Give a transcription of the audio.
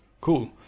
cool